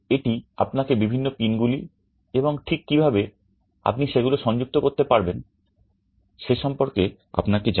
এটি আপনাকে বিভিন্ন পিনগুলি এবং ঠিক কীভাবে আপনি সেগুলি সংযুক্ত করতে পারবেন সে সম্পর্কে আপনাকে জানায়